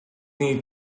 need